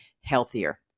healthier